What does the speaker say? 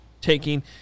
taking